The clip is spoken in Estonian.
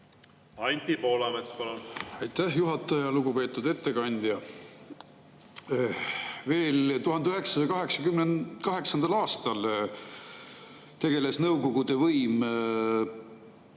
Anti Poolamets, palun! Aitäh, juhataja! Lugupeetud ettekandja! Veel 1988. aastal tegeles Nõukogude võim